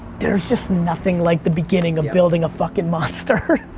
there's just nothing like the beginning of building a fucking monster.